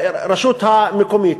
הרשות המקומית.